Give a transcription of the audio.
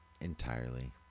Entirely